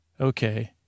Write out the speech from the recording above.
Okay